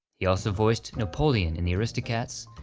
he also voiced napoleon in the aristocats,